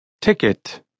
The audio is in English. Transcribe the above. Ticket